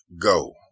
go